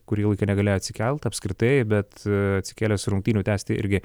kurį laiką negalėjo atsikelt apskritai bet atsikėlęs rungtynių tęsti irgi